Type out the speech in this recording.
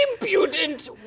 impudent